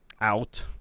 out